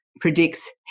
predicts